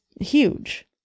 huge